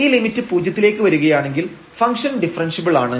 ഈ ലിമിറ്റ് പൂജ്യത്തിലേക്ക് വരുകയാണെങ്കിൽ ഫംഗ്ഷൻ ഡിഫറെൻറഷ്യബിൾ ആണ്